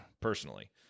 personally